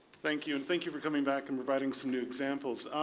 thank you. and thank you for coming back and providing some new examples.